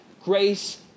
grace